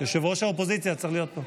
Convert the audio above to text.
ראש האופוזיציה צריך להיות פה.